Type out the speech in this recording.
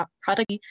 product